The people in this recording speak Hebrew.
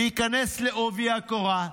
להיכנס בעובי הקורה,